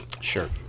Sure